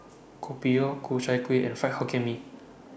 Kopi O Ku Chai Kueh and Fried Hokkien Mee